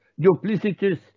duplicitous